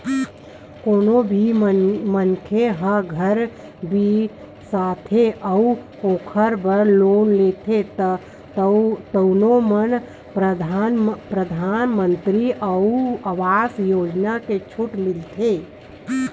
कोनो भी मनखे ह घर बिसाथे अउ ओखर बर लोन लेथे तउन म परधानमंतरी आवास योजना के छूट मिलथे